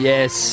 Yes